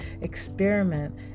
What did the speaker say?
experiment